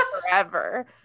forever